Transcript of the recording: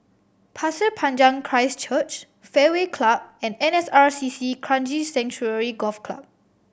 Pasir Panjang Christ Church Fairway Club and N S R C C Kranji Sanctuary Golf Club